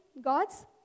God's